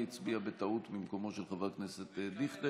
הצביע בטעות במקומו של חבר הכנסת דיכטר,